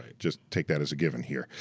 just take that as a given here.